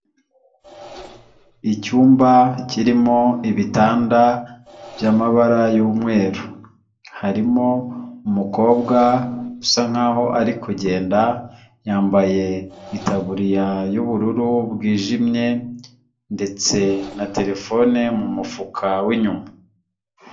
Icyumba kirimo ibitanda by'amabara y'umweru, harimo umukobwa usa nkaho ari kugenda yambaye itaburiya y'ubururu bwijimye, ndetse na terefone mu mufuka w'inyuma.